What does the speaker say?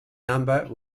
number